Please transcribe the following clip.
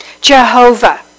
Jehovah